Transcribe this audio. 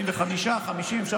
45 שקלים,